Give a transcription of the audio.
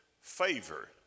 favor